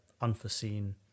unforeseen